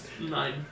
Nine